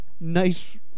nice